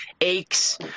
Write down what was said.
aches